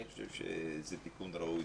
אני חושב שזה תיקון ראוי.